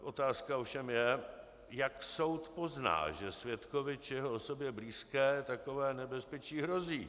Otázka ovšem je, jak soud pozná, že svědkovi či jeho osobě blízké takové nebezpečí hrozí.